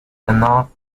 enough